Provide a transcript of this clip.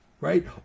Right